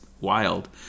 wild